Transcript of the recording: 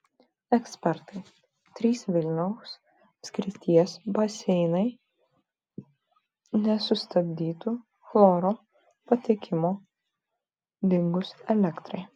ekspertai trys vilniaus apskrities baseinai nesustabdytų chloro patekimo dingus elektrai